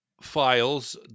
files